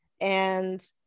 and-